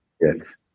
Yes